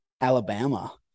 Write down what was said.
Alabama